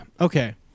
Okay